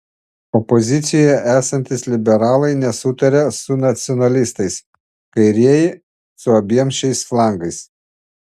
opozicijoje esantys liberalai nesutaria su nacionalistais kairieji su abiem šiais flangais